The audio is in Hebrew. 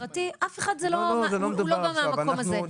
פרטי אף אחד לא בא מהמקום הזה.